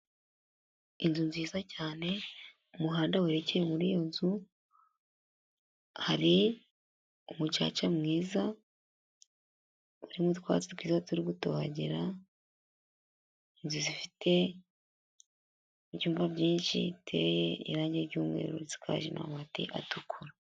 Inzu nziza cyane, umuhanda werekeye muri iyo nzu, hari umucaca mwiza urimo utwatsi twiza turi gutohagira, inzu zifite ibyumba byinshi biteye irangi ry'umweru buretse ko hari n'amabati atukura.